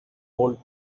old